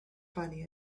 finding